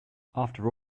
after